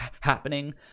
happening